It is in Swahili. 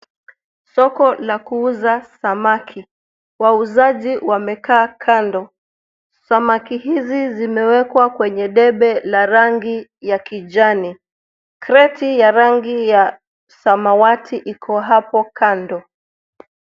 Soko la kuuza samaki, wauzaji wamekaa kando. Samaki hizi zimewekwa kwenye debe la rangi ya kijani, kreti ya rangi ya samawati iko hapo kando.